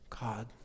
God